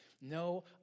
No